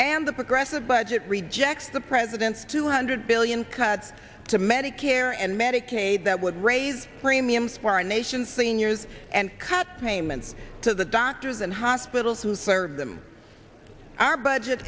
and the progressive budget rejects the president's two hundred billion cuts to medicare and medicaid that would raise premiums for our nation's seniors and cut payments to the doctors and hospitals who serve them our budget